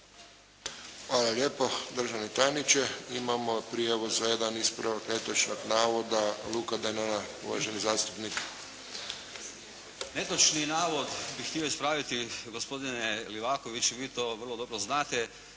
Hvala lijepo državni tajniče. Imamo prijavu za jedan ispravak netočnog navoda. Luka Denona, uvaženi zastupnik. **Denona, Luka (SDP)** Netočni navod bi htio ispraviti gospodine Livakoviću vi to vrlo dobro znate,